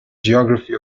geography